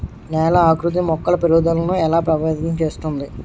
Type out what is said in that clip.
నేల ఆకృతి మొక్కల పెరుగుదలను ఎలా ప్రభావితం చేస్తుంది?